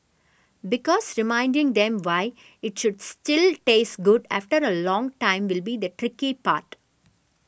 because reminding them why it should still taste good after a long time will be the tricky part